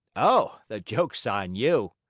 oh, the joke's on you!